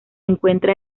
encuentra